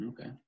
Okay